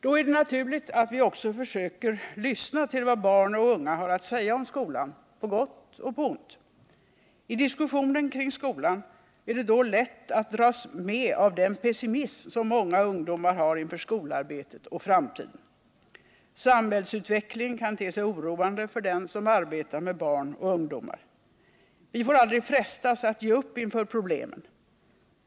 Då är det naturligt att vi också försöker lyssna till vad barn och unga har att säga om skolan — på gott och ont. I diskussionen kring skolan är det då lätt att dras med av den pessimism som många ungdomar har inför skolarbetet och framtiden. Samhällsutvecklingen kan te sig oroande för den som arbetar med barn och ungdomar. Men vi får aldrig frestas att ge upp inför problemen.